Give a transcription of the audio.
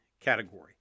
category